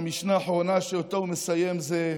והמשנה האחרונה שאותה הוא מסיים זה: